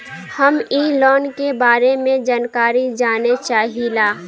हम इ लोन के बारे मे जानकारी जाने चाहीला?